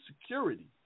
security